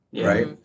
right